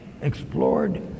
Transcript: explored